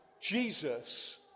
Jesus